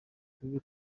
tube